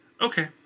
Okay